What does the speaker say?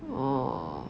orh